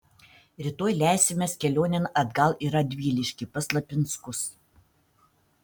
rytoj leisimės kelionėn atgal į radviliškį pas lapinskus